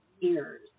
years